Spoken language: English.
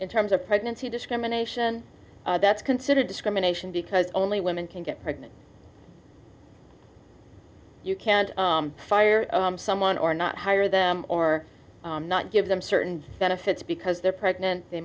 in terms of pregnancy discrimination that's considered discrimination because only women can get pregnant you can't fire someone or not hire them or not give them certain benefits because they're pregnant they